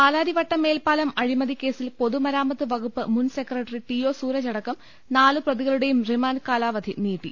പാലാരിവട്ടം മേൽപ്പാലം അഴിമതി കേസിൽ പൊതുമരാമത്ത് വകുപ്പ് മുൻ സെക്രട്ടറി ടി ഒ സൂരജ് അടക്കം നാല് പ്രതികളുടെയും റിമാൻഡ് കാലാവധി നീട്ടി